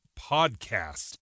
podcast